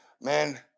Man